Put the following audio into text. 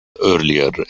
earlier